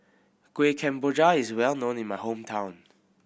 Kuih Kemboja is well known in my hometown